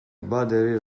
battery